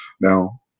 Now